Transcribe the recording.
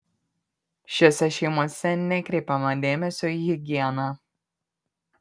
šiose šeimose nekreipiama dėmesio į higieną